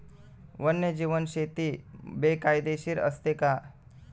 वन्यजीव शेती बेकायदेशीर असते का?